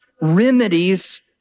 remedies